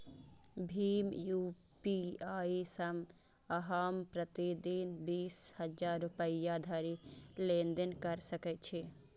भीम UPI सं अहां प्रति दिन बीस हजार रुपैया धरि लेनदेन कैर सकै छी